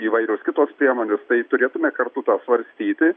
įvairios kitos priemonės tai turėtume kartu tą svarstyti